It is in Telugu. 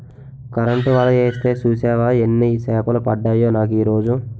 కరెంటు వల యేస్తే సూసేవా యెన్ని సేపలు పడ్డాయో నాకీరోజు?